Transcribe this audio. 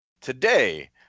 Today